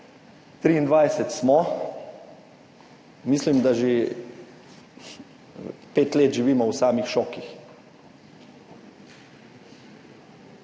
2023 smo, mislim, da že pet let živimo v samih šokih.